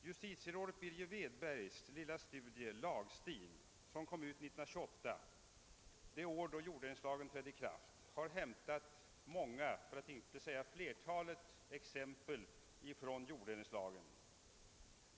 Justitierådet Birger Wedbergs lilla studie >Lagstil» som kom ut 1928 — det år då jorddelningslagen trädde i kraft — har hämtat många för att inte säga flerta let exempel från jorddelningslagen.